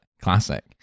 Classic